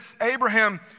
Abraham